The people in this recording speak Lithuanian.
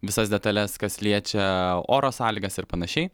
visas detales kas liečia oro sąlygas ir panašiai